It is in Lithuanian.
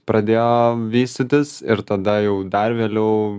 pradėjo vystytis ir tada jau dar vėliau